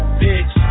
bitch